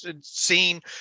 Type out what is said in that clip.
seen